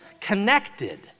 connected